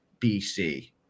bc